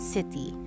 City